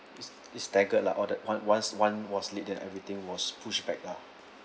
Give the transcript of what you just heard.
it's it's staggered lah all the one once one was late then everything was pushed back lah